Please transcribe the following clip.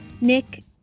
Nick